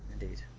Indeed